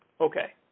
Okay